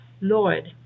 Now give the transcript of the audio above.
Lord